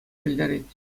пӗлтерет